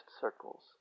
circles